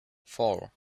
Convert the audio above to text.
four